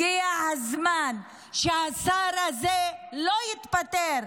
הגיע הזמן שהשר הזה זה לא יתפטר,